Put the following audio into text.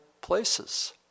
places